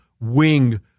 wing